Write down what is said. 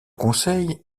conseil